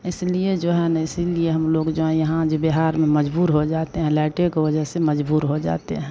इसलिए जो है ना इसलिए हम लोग जो है आज यहाँ बिहार में मजबूर हो जाते हैं लाईट के वजह से मजबूर हो जाते हैं